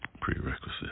prerequisite